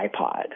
iPod